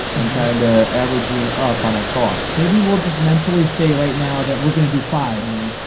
and kind ah averaging up on our cost. maybe we'll just mentally say right now that we're gonna do five.